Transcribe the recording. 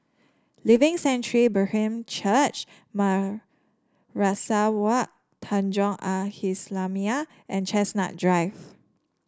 Living Sanctuary Brethren Church Madrasah Wak Tanjong Al Islamiah and Chestnut Drive